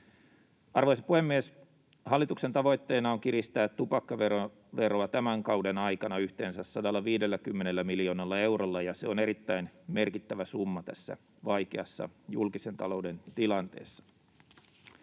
Arvoisa puhemies! Hallituksen tavoitteena on kiristää tupakkaveroa tämän kauden aikana yhteensä 150 miljoonalla eurolla, ja se on erittäin merkittävä summa tässä vaikeassa julkisen talouden tilanteessa.